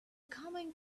coming